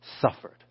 suffered